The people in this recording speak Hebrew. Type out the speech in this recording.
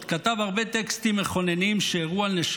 כתב הרבה טקסטים מכוננים שהראו על נשמה